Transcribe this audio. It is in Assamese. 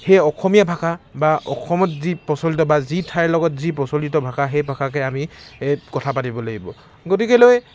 সেই অসমীয়া ভাষা বা অসমত যি প্ৰচলিত বা যি ঠাইৰ লগত যি প্ৰচলিত ভাষা সেই ভাষাকে আমি কথা পাতিব লাগিব গতিকেলৈ